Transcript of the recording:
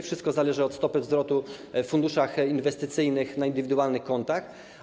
Wszystko zależy od stopy zwrotu w funduszach inwestycyjnych na indywidualnych kontach.